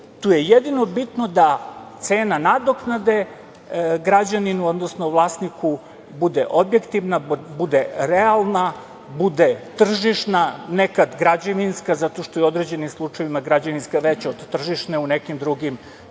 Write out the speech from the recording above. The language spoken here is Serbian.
Tu je jedino bitno da cena nadoknade građaninu, odnosno vlasniku bude objektivna, bude realna, bude tržišna, nekad građevinska, zato što je u određenim slučajevima građevinska veća od tržišne u nekim drugim tržišna